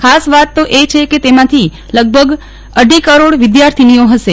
ખાસ વાત એ છે કે તેમાંથી લગભગ અઢી કરોડ વિદ્યાર્થીનીઓ હશે